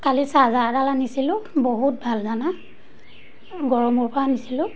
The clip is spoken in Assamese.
কালি চাৰ্জাৰ এডাল আনিছিলোঁ বহুত ভাল জানা গড়মূৰৰপৰা আনিছিলোঁ